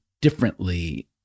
differently